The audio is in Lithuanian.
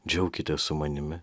džiaukitės su manimi